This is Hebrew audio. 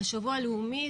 השבוע הלאומי,